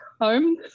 home